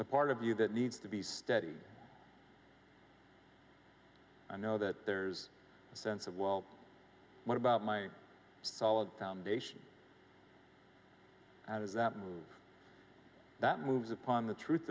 the part of you that needs to be steady and know that there's a sense of well what about my solid foundation that is that and that moves upon the truth